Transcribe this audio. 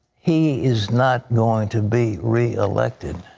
he is not going to be re-elected.